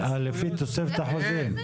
זה מה שהוא אמר.